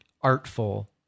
artful